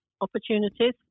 opportunities